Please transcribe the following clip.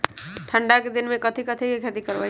ठंडा के दिन में कथी कथी की खेती करवाई?